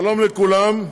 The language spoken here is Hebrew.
שלום לכולם.